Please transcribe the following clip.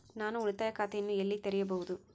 ನಾನು ಉಳಿತಾಯ ಖಾತೆಯನ್ನು ಎಲ್ಲಿ ತೆರೆಯಬಹುದು?